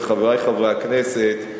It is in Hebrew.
ולחברי חברי הכנסת,